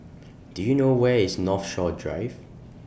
Do YOU know Where IS Northshore Drive